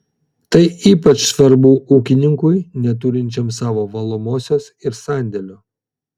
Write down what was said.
tai ypač svarbu ūkininkui neturinčiam savo valomosios ir sandėlio